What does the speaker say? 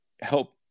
help